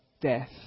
death